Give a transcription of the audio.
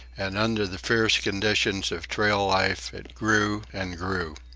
and under the fierce conditions of trail life it grew and grew.